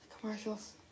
commercials